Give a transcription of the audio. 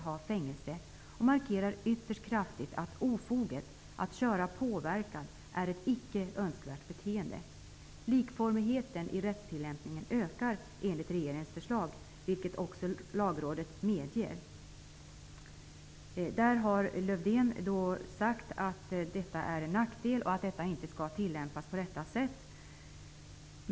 Regeringen markerar därmed ytterst kraftigt att ofoget att köra påverkad är ett icke-önskvärt beteende. Likformigheten i rättstillämpningen ökar enligt regeringens förslag, vilket också Lagrådet medger. Lövdén har sagt att detta är en nackdel och att det inte skall tillämpas på detta sätt.